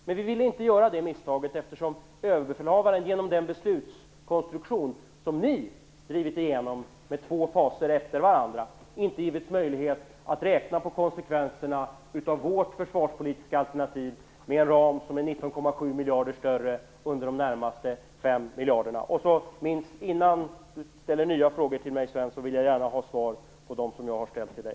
Men vi ville inte göra det misstaget, eftersom överbefälhavaren, genom den beslutskonstruktion som ni har drivit igenom med två faser efter varandra, inte har givits möjlighet att räkna på de ekonomiska konsekvenserna av vårt försvarspolitiska alternativ med en ekonomisk ram som är 19,7 miljarder större för de närmaste fem åren. Innan Sven Lundberg ställer nya frågor till mig vill jag gärna ha svar på de frågor som jag har ställt.